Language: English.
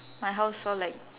my house all like